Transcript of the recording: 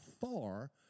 far